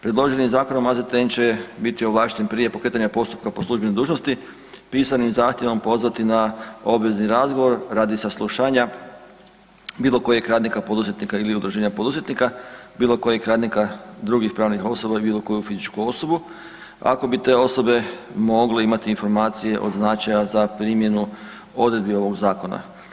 Predloženim zakonom AZTN će biti ovlašten prije pokretanja postupka po službenoj dužnosti pisanim zahtjevom pozvati na obvezni razgovor radi saslušanja bilo kojeg radnika, poduzetnika ili udruženja poduzetnika, bilo kojeg radnika drugih pravnih osoba ili bilo koju fizičku osobu ako bi te osobe mogle imati informacije od značaja za primjenu odredbi ovoga zakona.